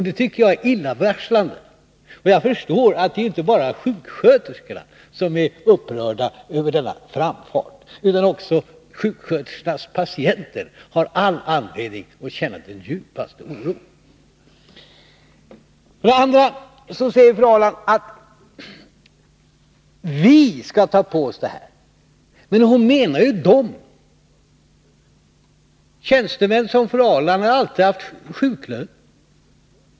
Det är illavarslande, och jag förstår att det inte är bara sjuksköterskorna som är upprörda över hennes framfart. Också sjuksköterskornas patienter har all anledning att känna den djupaste oro! Vidare säger fru Ahrland att ”vi” skall ta på oss den här bördan. Men hon menar ”de”. Tjänstemän som fru Ahrland har alltid haft sjuklön.